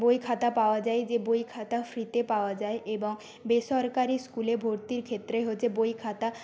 বই খাতা পাওয়া যায় যে বই খাতা ফ্রিতে পাওয়া যায় এবং বেসরকারি স্কুলে ভর্তির ক্ষেত্রে হচ্ছে বই খাতা